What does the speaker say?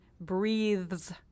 breathes